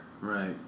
Right